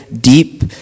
deep